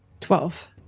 Twelve